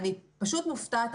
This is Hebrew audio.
אני פשוט מופתעת.